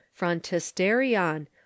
frontisterion